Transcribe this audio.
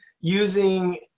using